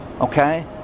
okay